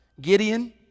Gideon